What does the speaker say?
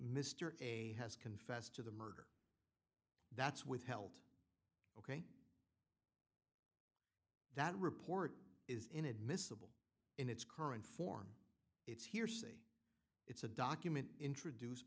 mr a has confessed to the murder that's withheld ok that report is inadmissible in its current form it's hearsay it's a document introduced